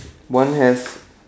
one has